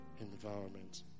environment